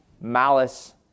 malice